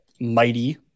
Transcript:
mighty